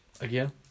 Again